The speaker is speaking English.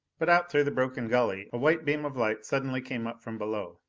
but out through the broken gully, a white beam of light suddenly came up from below.